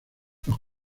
los